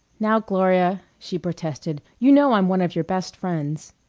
now, gloria, she protested, you know i'm one of your best friends.